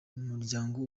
umuryango